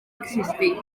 existir